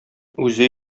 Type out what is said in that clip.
үзе